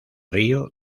río